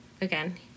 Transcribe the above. again